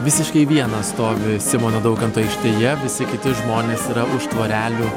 visiškai vienas stovi simono daukanto aikštėje visi kiti žmonės yra už tvorelių